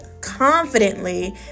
confidently